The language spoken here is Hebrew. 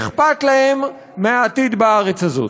שאכפת להם מהעתיד בארץ הזאת.